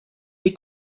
est